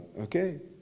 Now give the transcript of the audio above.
okay